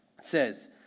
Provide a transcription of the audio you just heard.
says